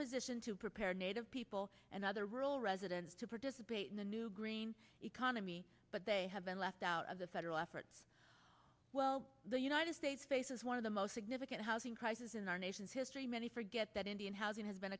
positioned to prepare native people and other rural residents to participate in the new green economy but they have been left out of the federal efforts well the united states faces one of the most significant housing crisis in our nation's history many forget that indian housing has been